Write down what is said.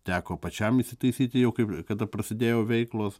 teko pačiam įsitaisyti jau kaip kada prasidėjo veiklos